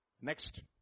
Next